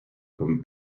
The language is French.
comme